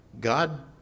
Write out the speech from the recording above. God